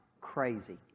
crazy